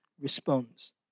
responds